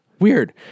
Weird